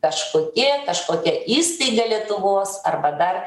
kažkokie kažkokia įsteiga lietuvos arba dar